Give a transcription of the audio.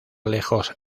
lejos